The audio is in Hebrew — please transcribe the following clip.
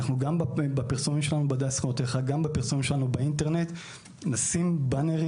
גם בפרסומים שלנו באינטרנט נשים באנרים